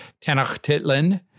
Tenochtitlan